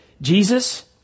Jesus